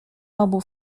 obu